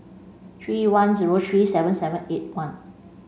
three one zero three seven seven eight one